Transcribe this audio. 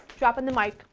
dropping the mic.